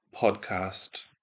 podcast